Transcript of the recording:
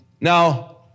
Now